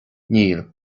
níl